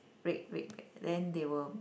red red pack then they will